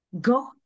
go